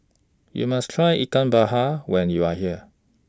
YOU must Try Ikan when YOU Are here